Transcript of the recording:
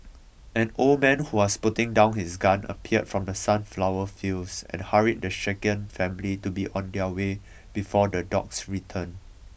an old man who was putting down his gun appeared from the sunflower fields and hurried the shaken family to be on their way before the dogs return